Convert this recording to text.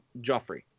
Joffrey